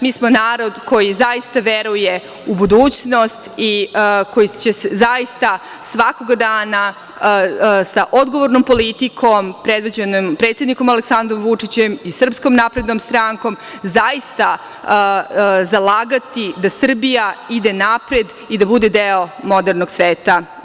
Mi smo narod koji zaista veruje u budućnosti i koji će zaista svakog dana sa odgovornom politikom predvođenom predsednikom Aleksandrom Vučićem i SNS zaista zalagati da Srbija ide napred i da bude deo modernog sveta.